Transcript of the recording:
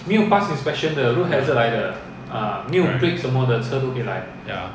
ya correct ya